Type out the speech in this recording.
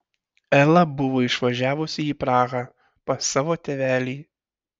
ela buvo išvažiavusi į prahą pas savo tėvelį